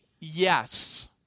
yes